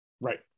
right